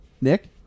Nick